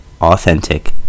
authentic